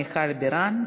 מיכל בירן,